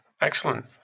excellent